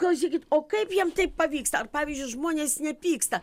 klausykit o kaip jiem tai pavyksta ar pavyzdžiui žmonės nepyksta